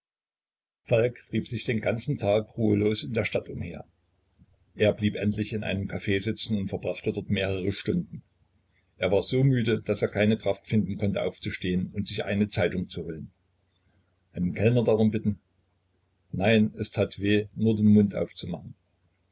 trieb sich den ganzen tag ruhelos in der stadt umher er blieb endlich in einem caf sitzen und verbrachte dort mehrere stunden er war so müde daß er keine kraft finden konnte aufzustehen und sich die zeitungen zu holen einen kellner darum bitten nein es tat weh nur den mund aufzumachen